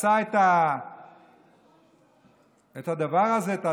עשה את הדבר הזה, אני